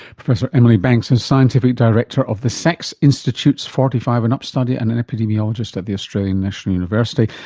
professor emily banks, and scientific director of the sax institute's forty five and up study and an epidemiologist at the australian national university,